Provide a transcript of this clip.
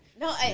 No